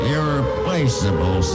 Irreplaceable